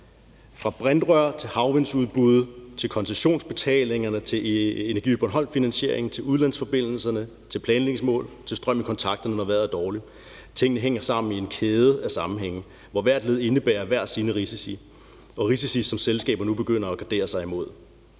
fra brintrør, havvindsudbud, koncessionsbetalingerne, finansieringen af Energiø Bornholm, udlandsforbindelserne, planlægningsmål og til strøm i kontakterne, når vejret er dårligt. Tingene hænger sammen i en kæde af sammenhænge, hvor hvert led indebærer hver sine risici – risici, som selskaber nu begynder at gardere sig imod.